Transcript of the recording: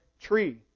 tree